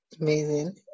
amazing